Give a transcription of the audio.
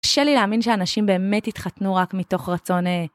קשה לי להאמין שאנשים באמת יתחתנו רק מתוך רצון אא